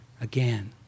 again